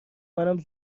منم